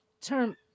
term